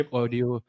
audio